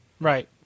right